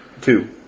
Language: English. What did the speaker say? Two